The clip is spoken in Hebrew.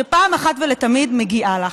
שפעם אחת מגיעה לך.